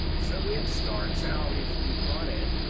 so it starts out if you run it,